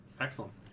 Excellent